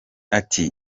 ati